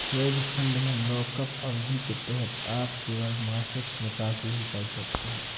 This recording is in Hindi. हेज फंड में लॉकअप अवधि के तहत आप केवल मासिक निकासी ही कर सकते हैं